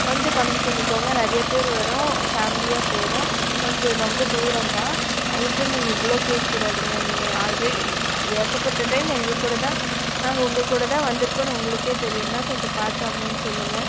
கொஞ்சம் கம்மி பண்ணிக்கோங்க நிறையா பேரு வரோம் ஃபேம்லியா போகிறோம் கொஞ்சம் ரொம்ப தூரந்தான் அதுக்குன்னு நீங்கள் இவ்வளோ கேட்கூடாதுங்க நீங்கள் ஆல்ரெடி ஏகப்பட்ட டைம் எங்கள் கூட தான் நாங்கள் உங்கள் கூட தான் வந்துருக்கோன்னு உங்களுக்கே தெரியுங்க கொஞ்சம் பார்த்து அமௌண்ட் சொல்லுங்கள்